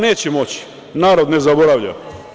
Neće moći, narod ne zaboravlja.